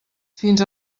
fins